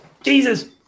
Jesus